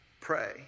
pray